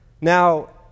Now